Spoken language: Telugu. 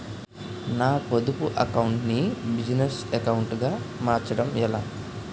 నా పొదుపు అకౌంట్ నీ బిజినెస్ అకౌంట్ గా మార్చడం ఎలా?